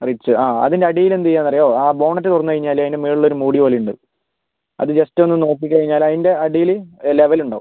Ritz അ ആ അതിൻ്റെ അടിയിൽ എന്ത് ചെയ്യാന്നറിയാവോ അ ബോണെറ്റ് തുറന്ന് കഴിഞ്ഞാൽ അതിൻ്റെ മേളില് ഒരു മൂടി പോലുണ്ട് അത് ജസ്റ്റ് ഒന്ന് നോക്കി കഴിഞ്ഞാൽ അതിൻ്റെ അടിയിൽ ലെവലുണ്ടാകും